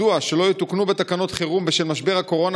מדוע שלא תתוקן בתקנות חירום בשל משבר הקורונה